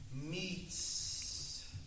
Meets